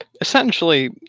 essentially